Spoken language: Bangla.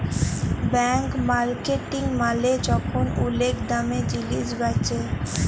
ব্ল্যাক মার্কেটিং মালে যখল ওলেক দামে জিলিস বেঁচে